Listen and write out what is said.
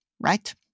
right